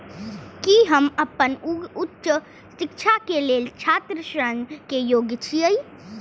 की हम अपन उच्च शिक्षा के लेल छात्र ऋण के योग्य छियै?